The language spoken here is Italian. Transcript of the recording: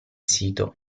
sito